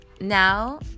now